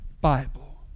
Bible